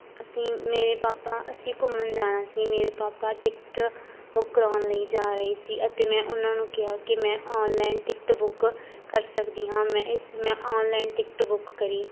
ਅਸੀਂ ਮੇਰੇ ਪਾਪਾ ਅਸੀਂ ਘੁੰਮਣ ਜਾਣਾ ਸੀ ਮੇਰੇ ਪਾਪਾ ਟਿਕਟ ਬੁੱਕ ਕਰਵਾਉਣ ਲਈ ਜਾ ਰਹੇ ਸੀ ਅਤੇ ਮੈਂ ਉਹਨਾਂ ਨੂੰ ਕਿਹਾ ਕਿ ਮੈਂ ਔਨਲਾਈਨ ਟਿਕਟ ਬੁੱਕ ਕਰ ਸਕਦੀ ਹਾਂ ਮੈਂ ਇਸ ਮੈਂ ਔਨਲਾਈਨ ਟਿਕਟ ਬੁੱਕ ਕਰੀ